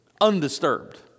undisturbed